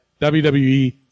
WWE